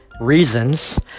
reasons